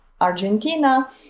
Argentina